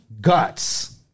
Guts